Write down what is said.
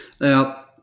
now